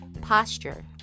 posture